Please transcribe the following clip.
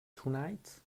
tonight